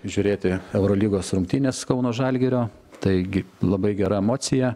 žiūrėti eurolygos rungtynes kauno žalgirio taigi labai gera emocija